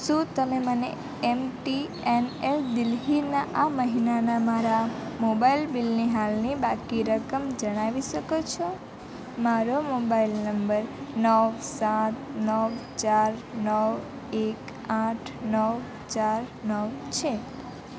શું તમે મને એમટીએનએલ દિલ્હીના આ મહિનાના મારા મોબાઈલ બિલની હાલની બાકી રકમ જણાવી શકો છો મારો મોબાઈલ નંબર નવ સાત નવ ચાર નવ એક આઠ નવ ચાર નવ છે